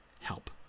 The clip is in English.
help